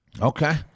Okay